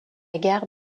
gare